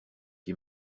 qui